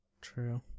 true